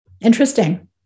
Interesting